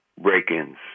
break-ins